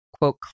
quote